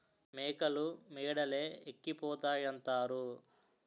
మేకలు మేడలే ఎక్కిపోతాయంతారు